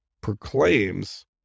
proclaims